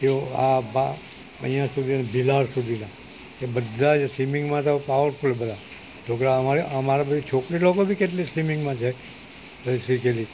તેઓ આ અહીંયા સુધી ભીલાડ સુધીના તે બધા જ સ્વિમિંગમાં તો પાવરફૂલ બધા છોકરા અમારે અમારે બધી છોકરી લોકો બી કેટલી સ્વિમિંગમાં છે બધી શીખેલી